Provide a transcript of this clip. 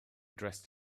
dressed